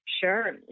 Sure